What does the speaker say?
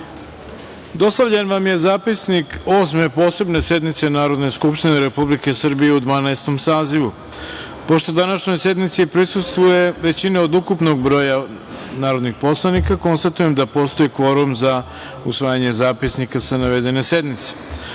radom. Dostavljen vam je ZUapisnik Osme posebne sednice Narodne skupštine Republike Srbije u Dvanaestom sazivu. Pošto današnjoj sednici prisustvuje većina od ukupnog broja narodnih poslanika, konstatujem da postoji kvorum za usvajanje zapisnika sa navedene